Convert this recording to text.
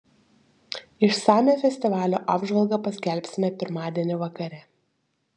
išsamią festivalio apžvalgą paskelbsime pirmadienį vakare